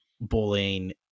bullying